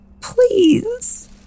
please